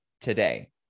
today